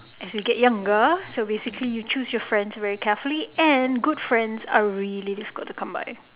as we get younger so basically you choose your friends very carefully and good friends are really difficult to come by